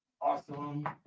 Awesome